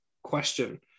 Question